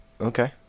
Okay